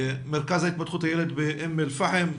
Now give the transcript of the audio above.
ומרכז התפתחות הילד באום אל-פאחם,